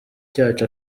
cyacu